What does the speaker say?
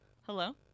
hello